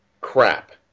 crap